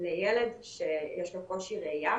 לילד שיש לו קושי ראייה